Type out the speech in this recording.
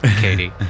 Katie